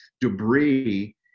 debris